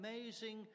amazing